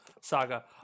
saga